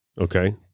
okay